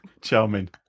Charming